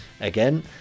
again